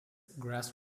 grass